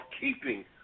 keeping